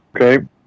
Okay